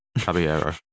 Caballero